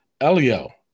Elio